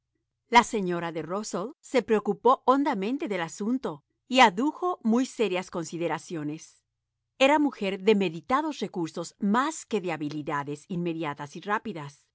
la señora de rusell se preocupó hondamente del asunto y adujo muy serias consideraciones era mujer de meditados recursos más que de habilidades inmediatas y rápidas